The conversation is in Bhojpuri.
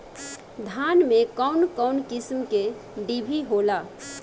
धान में कउन कउन किस्म के डिभी होला?